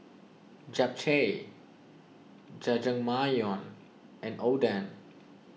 Japchae Jajangmyeon and Oden